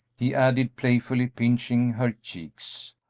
he added, playfully pinching her cheeks,